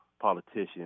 politician